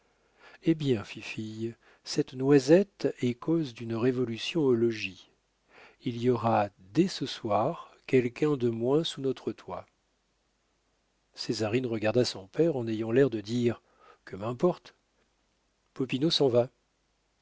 eh bien fifille cette noisette est cause d'une révolution au logis il y aura dès ce soir quelqu'un de moins sous notre toit césarine regarda son père en ayant l'air de dire que m'importe popinot s'en va